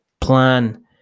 plan